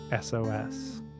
SOS